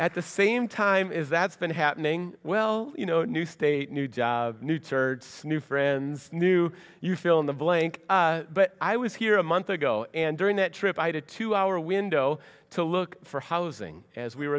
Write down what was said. at the same time is that's been happening well you know new state new job new church new friends new you fill in the blank but i was here a month ago and during that trip i had a two hour window to look for housing as we were